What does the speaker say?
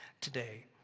Today